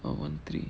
uh one three